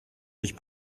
ich